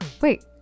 Wait